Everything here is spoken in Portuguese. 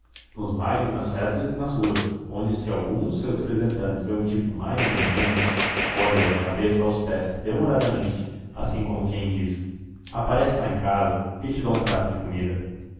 nos bailes nas festas e nas ruas onde se algum dos seus representantes vê um tipo mais ou menos olha o da cabeça aos pés demoradamente assim como quem diz aparece lá em casa que te dou um prato de comida